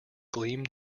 gleamed